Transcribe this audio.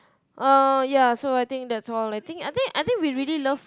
uh ya so I think that's all I think I think I think we really love